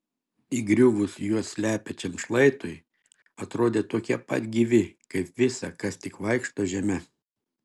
įgriuvus juos slepiančiam šlaitui atrodė tokie pat gyvi kaip visa kas tik vaikšto žeme